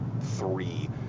three